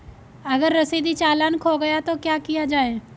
अगर रसीदी चालान खो गया तो क्या किया जाए?